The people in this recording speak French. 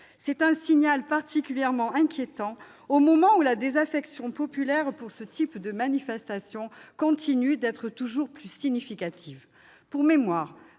C'est un signal particulièrement inquiétant, au moment où la désaffection populaire pour ce type de manifestation est toujours plus significative. Pour mémoire,